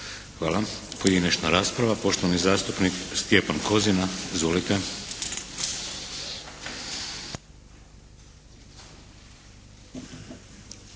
Hvala. Pojedinačna rasprava. Poštovani zastupnik Stjepan Kozina. Izvolite.